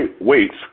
weights